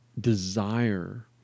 desire